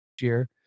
year